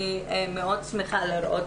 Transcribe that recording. אני מאוד שמחה לראות